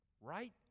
right